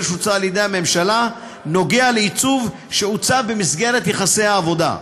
שהוצע על ידי הממשלה נוגע בעיצוב שנעשה במסגרת יחסי עבודה.